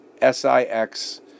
S-I-X